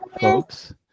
folks